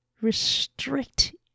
restrict